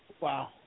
Wow